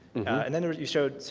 and then you showed,